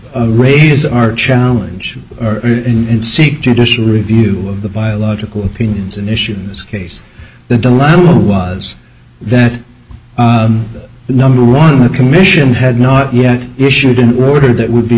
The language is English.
to raise our challenge and seek judicial review of the biological opinions an issue in this case the dilemma was that number one the commission had not yet issued an order that would be